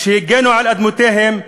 שהגנו על אדמותיהם,